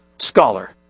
scholar